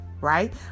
right